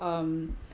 um